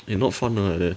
eh not fun ah like that